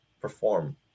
perform